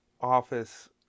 office